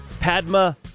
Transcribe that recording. Padma